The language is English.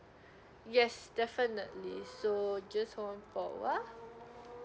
yes definitely so just so hold on for a while